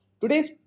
today's